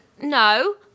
No